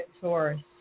source